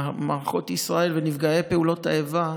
מערכות ישראל ונפגעי פעולות האיבה,